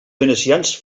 venecians